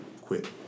quit